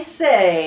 say